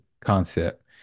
concept